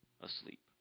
asleep